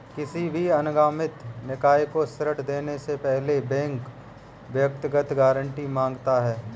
किसी भी अनिगमित निकाय को ऋण देने से पहले बैंक व्यक्तिगत गारंटी माँगता है